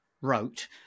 wrote